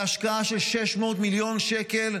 בהשקעה של 600 מיליון שקל,